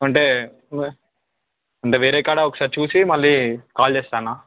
అంటే వే అంటే వేరే కాడ ఒకసారి చూసి మళ్ళీ కాల్ చేస్తాను అన్న